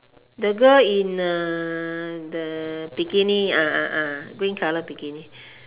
the girl in uh the bikini ah ah ah green colour bikini